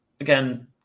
again